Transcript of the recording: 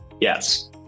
Yes